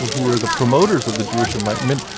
who were the promoters of the jewish enlightenment,